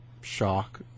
shock